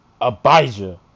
Abijah